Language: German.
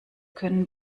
können